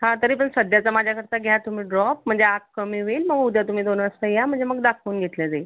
हा तरी पण सध्याचा माझ्याकडचा घ्या तुम्ही ड्रॉप म्हणजे आग कमी होईल उद्या तुम्ही दोन वाजता या म्हणजे मग दाखवून घेतलं जाईल